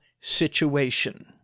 situation